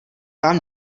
vám